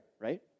right